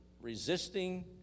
resisting